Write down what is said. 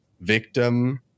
victim